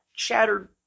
shattered